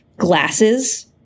Glasses